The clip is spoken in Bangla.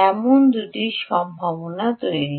এটি দুটি সম্ভাবনা ঠিক